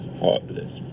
heartless